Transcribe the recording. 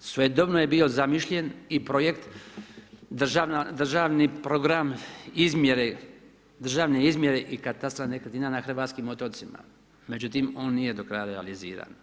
Svojedobno je bio zamišljen i projekt državni program izmjere, državne izmjere i katastra nekretnina na hrvatskim otocima, međutim on nije do kraja realiziran.